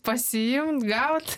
pasiimt gaut